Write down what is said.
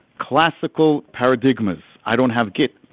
classical paradigmas. i don't have git.